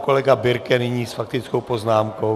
Kolega Birke nyní s faktickou poznámkou.